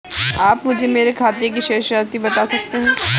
आप मुझे मेरे खाते की शेष राशि बता सकते हैं?